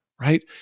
right